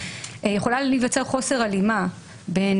לבין